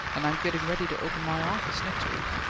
and i'm getting ready to open my office next week.